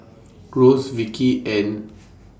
Ross Vicky and